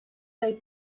they